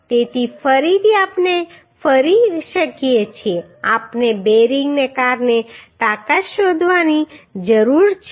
તેથી ફરીથી આપણે કરી શકીએ છીએ આપણે બેરિંગને કારણે તાકાત શોધવાની જરૂર છે